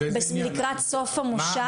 לקראת סוף המושב.